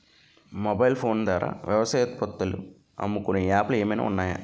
Mobile phone ద్వారా వ్యవసాయ ఉత్పత్తులు అమ్ముకునే యాప్ లు ఏమైనా ఉన్నాయా?